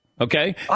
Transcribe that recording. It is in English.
Okay